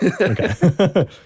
Okay